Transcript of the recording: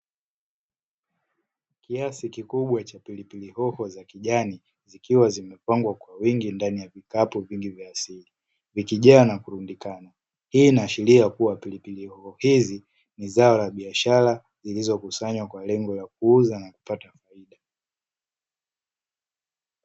Kiasi kikubwa cha pilipili hoho za kijani zikiwa zimepangwa kwa wingi ndani ya vikapu vingi vya asili vikijaa na kurundikana. Hii inaashiria kua pilipili hoho hizi ni zao la biashara zilizokusanywa kwa lengo la kuuzwa na kupata faida.